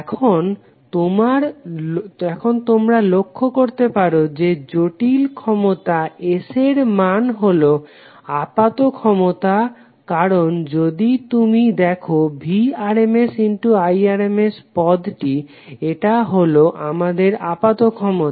এখন তোমরা লক্ষ্য করতে পার যে জটিল ক্ষমতা S এর মান হলো আপাত ক্ষমতা কারণ যদি তুমি দেখো Vrms ×Irms পদটি এটা হলো আমাদের আপাত ক্ষমতা